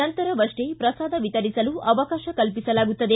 ನಂತರವಷ್ಟೇ ಪ್ರಸಾದ ವಿತರಿಸಲು ಅವಕಾಶ ಕಲ್ಲಿಸಲಾಗುತ್ತದೆ